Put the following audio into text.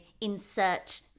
insert